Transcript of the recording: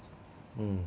mm